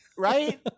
Right